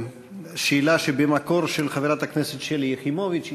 שאלה שבמקור הייתה של חברת הכנסת שלי יחימוביץ,